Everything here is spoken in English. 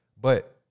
But-